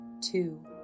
Two